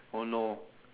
oh no